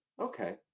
Okay